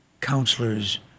counselors